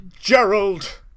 Gerald